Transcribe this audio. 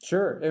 Sure